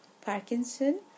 Parkinson